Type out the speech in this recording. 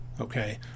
okay